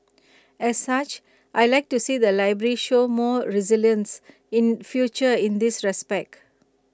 as such I Like to see the library show more resilience in future in this respect